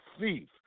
thief